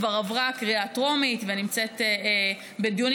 כבר עברה קריאה טרומית ונמצאת בדיונים,